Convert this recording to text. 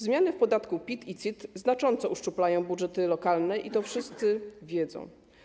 Zmiany w podatkach PIT i CIT znacząco uszczuplają budżety lokalne i to wszyscy wiedzą.